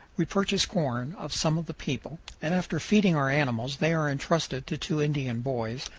we purchase corn of some of the people, and after feeding our animals they are intrusted to two indian boys,